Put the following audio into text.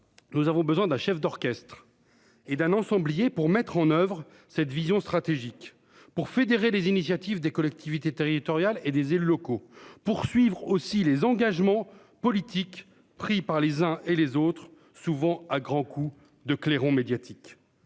Nous avons besoin d'un chef d'orchestre et d'un ensemblier pour mettre en oeuvre cette vision stratégique pour fédérer les initiatives des collectivités territoriales et des élus locaux poursuivre aussi les engagements politiques pris par les uns et les autres souvent à grands coups de clairon médiatique.